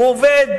והוא עובד